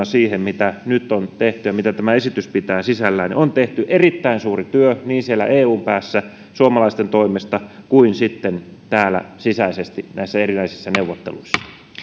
siihen mitä nyt on tehty ja mitä tämä esitys pitää sisällään on tehty erittäin suuri työ niin siellä eun päässä suomalaisten toimesta kuin sitten täällä sisäisesti näissä erinäisissä neuvotteluissa